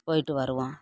போயிட்டு வருவோம்